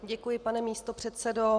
Děkuji, pane místopředsedo.